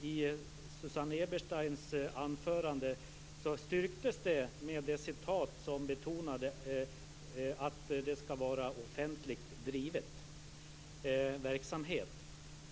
I Susanne Ebersteins anförande styrktes det av det citat där det betonades att det skall vara offentligt driven verksamhet.